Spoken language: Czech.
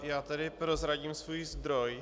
Já tady prozradím svůj zdroj.